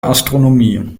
astronomie